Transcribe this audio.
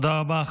תודה רבה.